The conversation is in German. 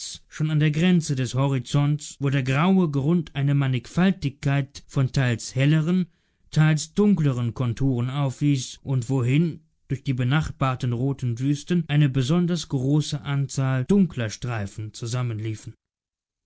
schon an der grenze des horizonts wo der graue grund eine mannigfaltigkeit von teils helleren teils dunkleren konturen aufwies und wohin durch die benachbarten roten wüsten eine besonders große anzahl dunkler streifen zusammenliefen